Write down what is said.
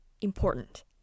important